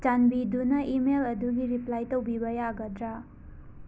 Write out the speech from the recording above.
ꯆꯥꯟꯕꯤꯗꯨꯅ ꯏꯃꯦꯜ ꯑꯗꯨꯒꯤ ꯔꯤꯄ꯭ꯂꯥꯏ ꯇꯧꯕꯤꯕ ꯌꯥꯒꯗ꯭ꯔ